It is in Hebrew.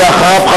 ואחריו,